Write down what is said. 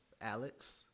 Alex